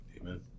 Amen